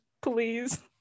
please